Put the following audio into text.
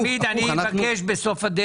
תמיד אני אבקש בסוף הדרך,